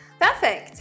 Perfect